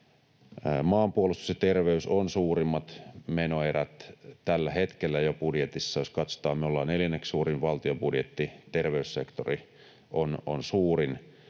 Maanpuolustus ja terveys ovat suurimmat menoerät tällä hetkellä jo budjetissa. Jos katsotaan, niin me olemme neljänneksi suurin valtion budjetti, terveyssektori on suurin,